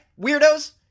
weirdos